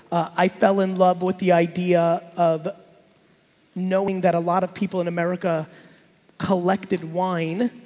i fell in love with the idea of knowing that a lot of people in america collected wine,